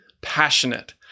passionate